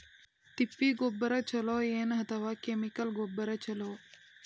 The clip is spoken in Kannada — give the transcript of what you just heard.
ತಿಪ್ಪಿ ಗೊಬ್ಬರ ಛಲೋ ಏನ್ ಅಥವಾ ಕೆಮಿಕಲ್ ಗೊಬ್ಬರ ಛಲೋ?